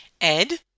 Ed